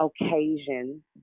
occasion